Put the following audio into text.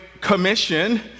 Commission